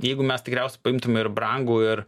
jeigu mes tikriausiai paimtume ir brangų ir